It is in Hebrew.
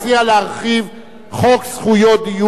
אני מציע להרחיב חוק זכויות דיור,